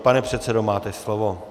Pane předsedo, máte slovo.